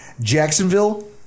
Jacksonville